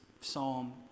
psalm